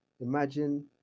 imagine